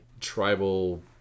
tribal